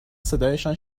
صدایشان